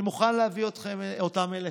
אני מוכן להביא אותם אליכם.